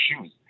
shoes